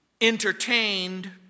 entertained